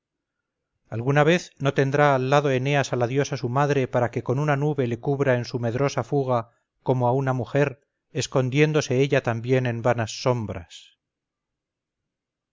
alguna vez no tendrá al lado eneas a la diosa su madre para que con una nube le cubra en su medrosa fuga como a una mujer escondiéndose ella también en vanas sombras